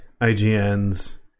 IGN's